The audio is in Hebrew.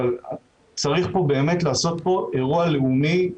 אבל צריך לעשות פה אירוע לאומי.